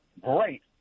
great